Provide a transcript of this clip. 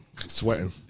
sweating